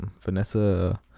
Vanessa